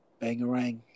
Bangarang